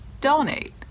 donate